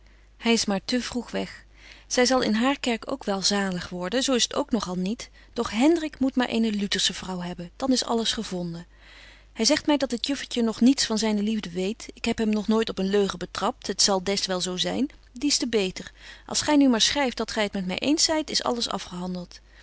hy is maar te vroeg weg zy zal in haar kerk ook wel betje wolff en aagje deken historie van mejuffrouw sara burgerhart zalig worden zo is t ook nog al niet doch hendrik moet maar eene lutersche vrouw hebben dan is alles gevonden hy zegt my dat het juffertje nog niets van zyne liefde weet ik heb hem nog nooit op een leugen betrapt het zal des wel zo zyn dies te beter als gy nu maar schryft dat gy het met my eens zyt is alles afgehandelt